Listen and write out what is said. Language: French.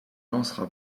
lancera